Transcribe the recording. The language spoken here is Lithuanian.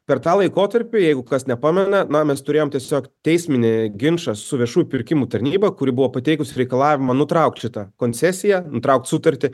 per tą laikotarpį jeigu kas nepamena na mes turėjom tiesiog teisminį ginčą su viešųjų pirkimų tarnyba kuri buvo pateikusi reikalavimą nutraukti tą koncesiją nutraukt sutartį